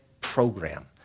program